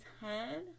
head